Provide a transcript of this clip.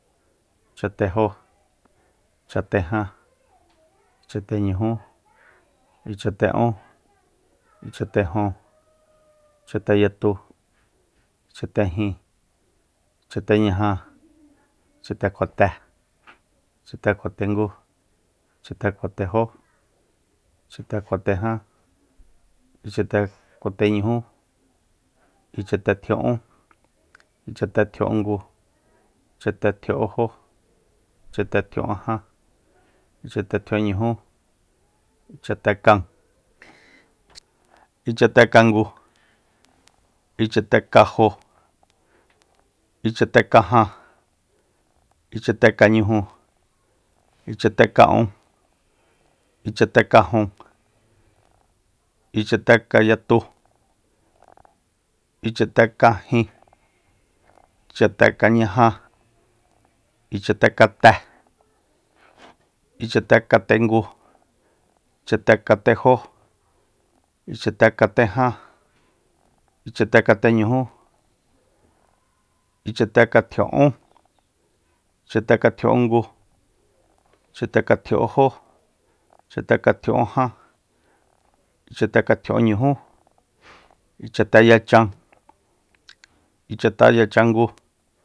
Ichatejó ichatejan ichateñujú ichateún ichatejun uchateyatu ichatejin ichateñaja ichatekjote ichatetengu ichatetejó ichateteján ichateteñujú ichatetjia'ún ichatetjia'úngu ichatetjia'únjó ichatetjia'únjan ichatetjia'únñujú ichatekan ichatekangu ichatekanjo ichatekajan ichatekanñuju ichhateka'un ichatekajun ichatekanyatu ichatekajin ichatekañaja ichatekate ichatekatengu ichatekatejó ichatekatejan ichatekateñujú ichatekatjia'ún ichatekatjia'úngu ichatekatjiaúnjó ichatekatjia'únjan ichatekatjia'únñujú ichateyachan ichateyachangu